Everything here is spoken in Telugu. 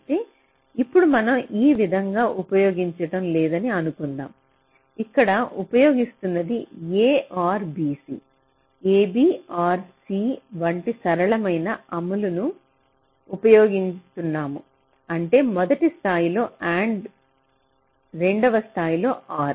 అయితే ఇప్పుడు మనం ఈ విధంగా ఉపయోగించడం లేదని అనుకుందాం ఇక్కడ ఉపయోగిస్తున్నది a or bc ab or c వంటి సరళమైన అమలును ఉపయోగిస్తున్నాము అంటే మొదటి స్థాయిలో అండ్ రెండవ స్థాయిలో ఆర్